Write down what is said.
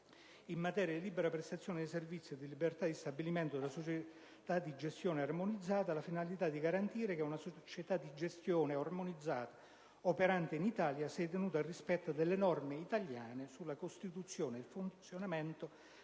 in materia di libera prestazione dei servizi e di libertà di stabilimento delle società di gestione armonizzate, hanno la finalità di garantire che una società di gestione armonizzata operante in Italia sia tenuta al rispetto delle norme italiane sulla costituzione ed il funzionamento